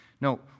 No